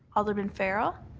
alderman farrell?